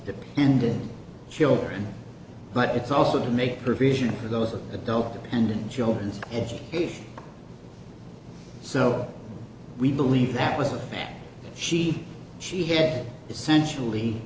depended children but it's also to make provision for those adult and children's education so we believe that was that she she had essentially